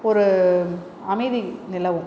ஒரு அமைதி நிலவும்